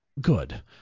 good